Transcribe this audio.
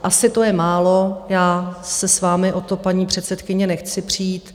Asi to je málo, já se s vámi o to, paní předsedkyně, nechci přít.